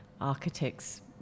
architects